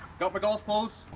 got my golf clothes,